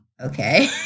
Okay